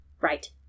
right